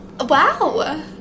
wow